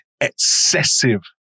excessive